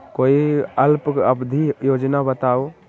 कोई अल्प अवधि योजना बताऊ?